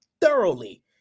thoroughly